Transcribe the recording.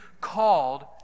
called